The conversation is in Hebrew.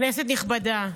כנסת נכבדה,